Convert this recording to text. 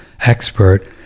expert